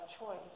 choice